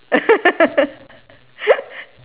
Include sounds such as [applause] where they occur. [laughs]